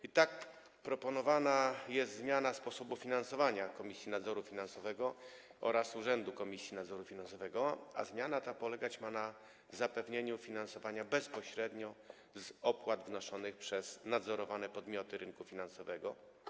I tak proponowana jest zmiana sposobu finansowania Komisji Nadzoru Finansowego oraz Urzędu Komisji Nadzoru Finansowego, a zmiana ta ma polegać na zapewnieniu finansowania bezpośrednio z opłat wnoszonych przez nadzorowane podmioty rynku finansowego.